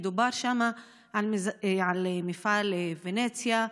דובר שם על מפעל פניציה,